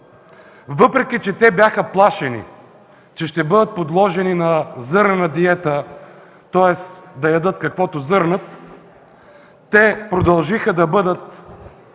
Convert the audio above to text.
Въпреки че бяха плашени, че ще бъдат подложени на зърнена диета, тоест да ядат, каквото зърнат, те продължиха да бъдат